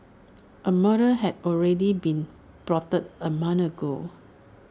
A murder had already been plotted A month ago